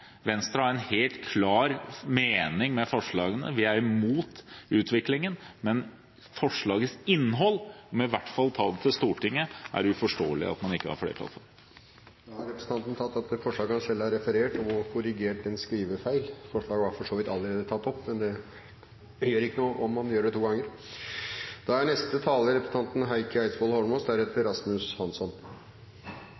Venstre har en helt klar mening med forslagene. Vi er imot utviklingen, men at man med forslagets innhold i hvert fall bør ta det til Stortinget, er det uforståelig at man ikke har flertall for. Representanten Ola Elvestuen har tatt opp det forslaget han har referert til og har korrigert en skrivefeil. Forslaget var for så vidt allerede tatt opp, men det gjør ikke noe om man gjør det to ganger.